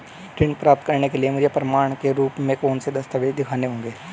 ऋण प्राप्त करने के लिए मुझे प्रमाण के रूप में कौन से दस्तावेज़ दिखाने होंगे?